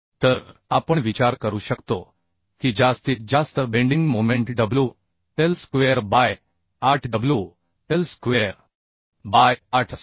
तर आपण विचार करू शकतो की जास्तीत जास्त bending moment WL square by 8 WL square by 8 असेल